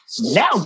now